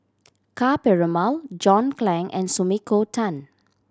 Ka Perumal John Clang and Sumiko Tan